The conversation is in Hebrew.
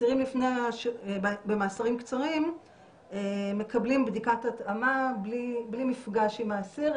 אסירים במאסרים קצרים מקבלים בדיקת התאמה בלי מפגש עם האסיר,